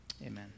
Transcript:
Amen